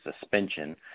suspension